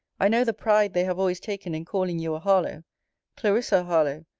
i know the pride they have always taken in calling you a harlowe clarissa harlowe,